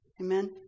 Amen